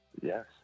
Yes